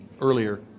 Earlier